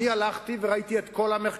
אני הלכתי וראיתי את כל המחקר.